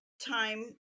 time